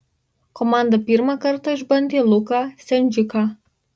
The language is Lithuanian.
komanda pirmą kartą išbandė luką sendžiką